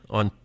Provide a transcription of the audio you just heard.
on